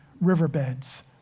riverbeds